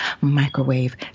microwave